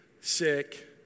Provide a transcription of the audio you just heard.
sick